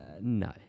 No